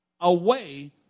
away